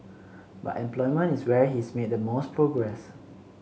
but employment is where he's made the most progress